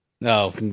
No